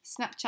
snapchat